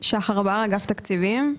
אגף התקציבים.